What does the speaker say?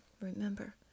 Remember